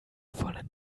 wollen